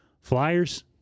Flyers